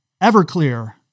everclear